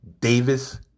Davis